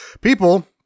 people